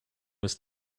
was